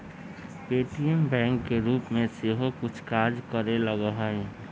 Paytm bank के रूप में सेहो कुछ काज करे लगलै ह